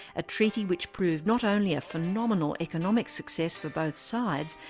a treaty which proved not only a phenomenal economic success for both sides,